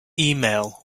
emails